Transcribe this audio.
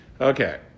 Okay